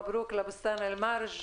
מברוק לבוסתן אל-מרג'.